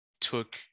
took